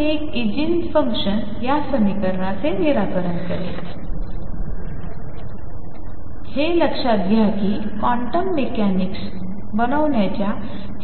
हे एक eigenfunction या समीकरणाचे निराकरण करेल हे लक्षात घ्या की क्वांटम मेकॅनिक्स बनवण्याच्या